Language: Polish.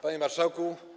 Panie Marszałku!